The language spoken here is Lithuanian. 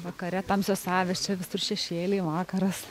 vakare tamsios avys čia visur šešėliai vakaras